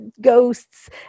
ghosts